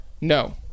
no